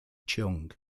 cheung